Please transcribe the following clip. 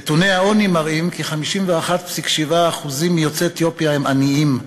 נתוני העוני מראים כי 51.7% מיוצאי אתיופיה הם עניים,